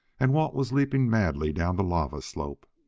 and walt was leaping madly down the lava slope.